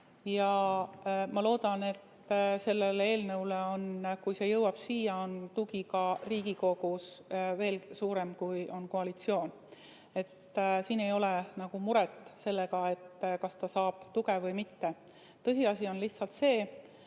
Ma loodan, et sellele eelnõule on, kui see jõuab siia, tugi Riigikogus veel suurem, kui on koalitsioon. Siin ei ole muret sellega, kas ta saab tuge või mitte. Tõsiasi on lihtsalt see,